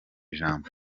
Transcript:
jambo